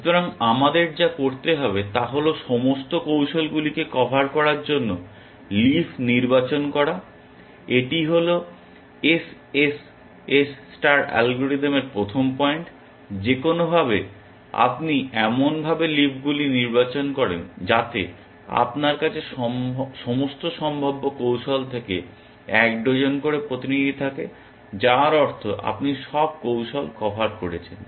সুতরাং আমাদের যা করতে হবে তা হল সমস্ত কৌশলগুলিকে কভার করার জন্য লিফ নির্বাচন করা এটি হল SSS স্টার অ্যালগরিদমের প্রথম পয়েন্ট যে কোনওভাবে আপনি এমনভাবে লিফগুলি নির্বাচন করেন যাতে আপনার কাছে সমস্ত সম্ভাব্য কৌশল থেকে একজন করে প্রতিনিধি থাকে যার অর্থ আপনি সব কৌশল কভার করেছেন